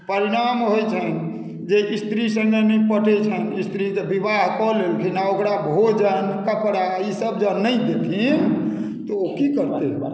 परिणाम होइत छनि जे स्त्री सङ्ग नहि पटैत छनि स्त्री से विवाह कऽ लेलखिन आ ओकरा भोजन कपड़ा ई सभ जँ नहि देथिन तऽ ओ की करते